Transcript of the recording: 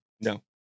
No